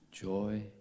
Joy